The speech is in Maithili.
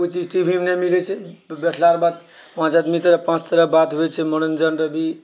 ओ चीज टीवीमे नहि मिलैत छै बैठलाके बाद पाँच आदमी तऽ पाँच तरहकेँ बात होइ छै मनोरञ्जन भी